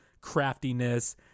craftiness